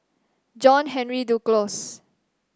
John Henry Duclos